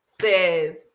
says